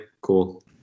cool